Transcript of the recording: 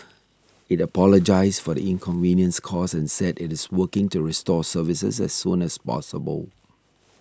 it apologised for the inconvenience caused and said it is working to restore services as soon as possible